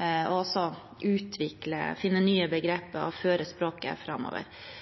og også utvikle, finne nye